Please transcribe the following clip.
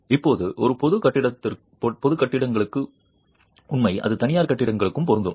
இப்போது அது பொது கட்டிடங்களுக்கு உண்மை அது தனியார் கட்டிடங்களுக்கும் பொருந்தும்